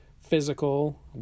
physical